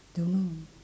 don't know